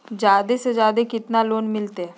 जादे से जादे कितना लोन मिलते?